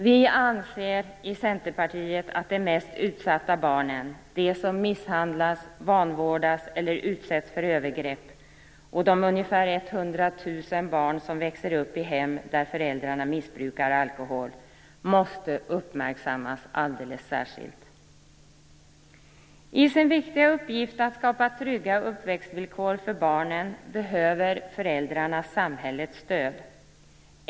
Vi anser i Centerpartiet att de mest utsatta barnen, de som misshandlas, vanvårdas eller utsätts för övergrepp och de ungefär 100 000 barn som växer upp i hem där föräldrarna missbrukar alkohol, måste uppmärksammas alldeles särskilt. I sin viktiga uppgift att skapa trygga uppväxtvillkor för barnen behöver föräldrarna samhällets stöd.